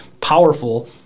powerful